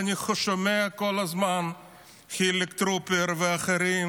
אני שומע פה כל הזמן את חילי טרופר ואחרים: